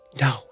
no